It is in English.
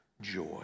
joy